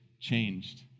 changed